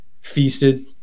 feasted